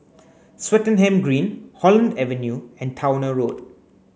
Swettenham Green Holland Avenue and Towner Road